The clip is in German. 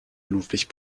ludwig